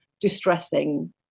distressing